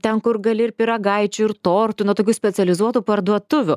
ten kur gali ir pyragaičių ir tortų na tokių specializuotų parduotuvių